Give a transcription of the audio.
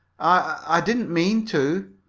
i didn't mean to.